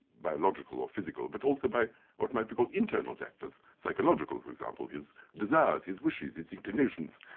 by logical or physical, but also by what might be called internal factors, psychological for example, his desires, his wishes, his inclinations.